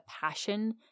passion